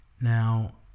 Now